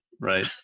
right